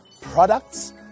products